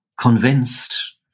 convinced